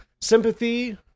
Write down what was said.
sympathy